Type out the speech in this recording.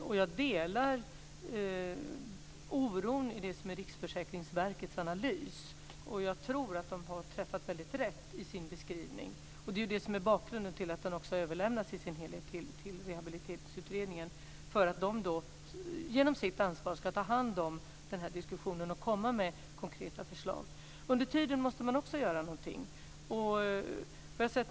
Och jag delar oron i Riksförsäkringsverkets analys, och jag tror att man har träffat väldigt rätt i sin beskrivning, vilket också är bakgrunden till att den också har överlämnats i sin helhet till Rehabiliteringsutredningen för att den genom sitt ansvar ska ta hand om detta och komma med konkreta förslag. Under tiden måste man också göra någonting.